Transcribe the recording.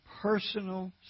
personal